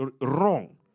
wrong